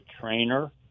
trainer